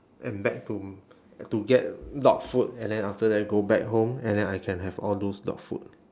and back to to get dog food and then after that go back home and then I can have all those dog food